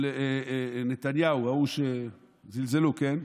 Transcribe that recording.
של נתניהו, ההוא, זלזלו, כן?